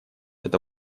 это